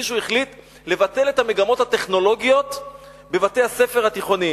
מישהו החליט לבטל את המגמות הטכנולוגיות בבתי-הספר התיכוניים.